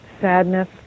sadness